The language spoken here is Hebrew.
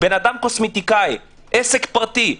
קוסמטיקאי, עסק פרטי.